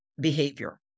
behavior